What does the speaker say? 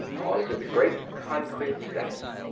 onto the great concrete steps.